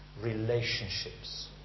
relationships